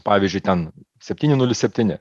pavyzdžiui ten septyni nulis septyni